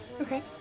Okay